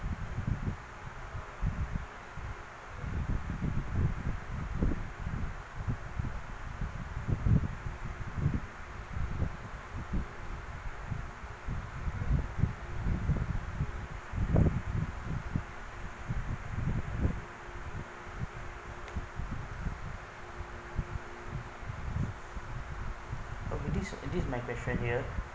uh with this this is my question here